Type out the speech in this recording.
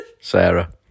Sarah